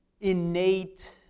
innate